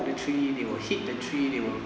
the tree they will hit the tree they will